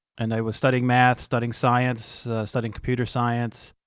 and i was studying math, studying science, studying computer science.